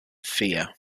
fear